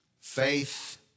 faith